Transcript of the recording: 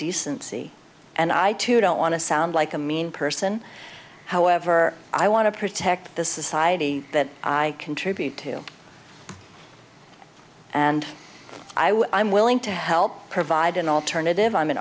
decency and i too don't want to sound like a mean person however i want to protect the society that i contribute to and i would i'm willing to help provide an alternative i'm an